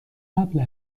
قبل